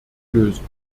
lösen